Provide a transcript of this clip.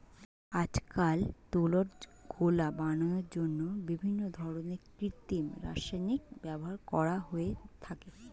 আজকাল তুলোর গোলা বানানোর জন্য বিভিন্ন ধরনের কৃত্রিম রাসায়নিকের ব্যবহার করা হয়ে থাকে